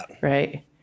Right